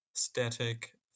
Static